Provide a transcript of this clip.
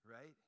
right